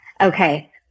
Okay